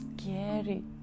scary